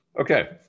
Okay